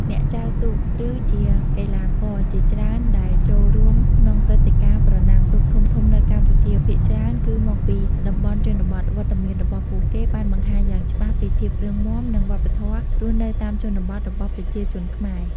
អ្នកចែវទូក ឬជាកីឡាករជាច្រើនដែលចូលរួមក្នុងព្រឹត្តិការណ៍ប្រណាំងទូកធំៗនៅកម្ពុជា ភាគច្រើនគឺមកពីតំបន់ជនបទ វត្តមានរបស់ពួកគេបានបង្ហាញយ៉ាងច្បាស់ពីភាពរឹងមាំ និងវប្បធម៌រស់នៅតាមជនបទរបស់ប្រជាជនខ្មែរ។